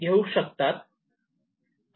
घेऊ शकतात